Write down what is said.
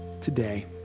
today